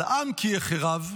אבל עם כי יחרב,